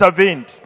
intervened